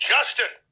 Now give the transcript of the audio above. Justin